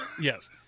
Yes